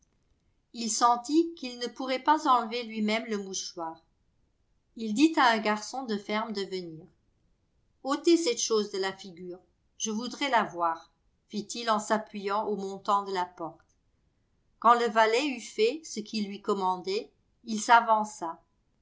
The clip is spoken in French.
il sentit qu'il ne pourrait pas enlever lui-même le mouchoir il dit à un garçon de ferme de venir otez cette chose de la figure je voudrais la voir fit-il en s'appuyant au montant de la porte quand le valet eut fait ce qu'il lui commandait il s'avança